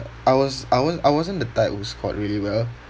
I was I was I wasn't the type who scored really well